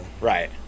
Right